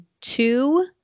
Two